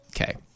Okay